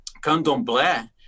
Candomblé